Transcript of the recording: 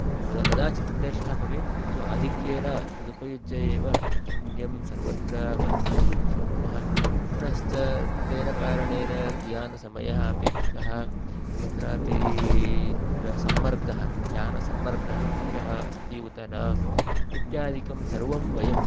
कदा कदाचित् क्लेशः भवेत् किन्तु आधिक्येन तद् उपयुज्य एव वयं सर्वत्र गन्तुं शक् शक्नुमः पुनश्च तेन कारणेन कियान् समयः अपेक्षितः कुत्रापि तत्र सम्मर्दः यानसम्मर्दः अधिकः अस्ति उत न इत्यादिकं सर्वं वयं